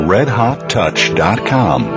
RedHotTouch.com